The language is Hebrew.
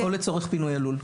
או לצורך פינוי הלול.